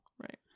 Right